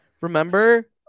remember